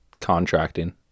contracting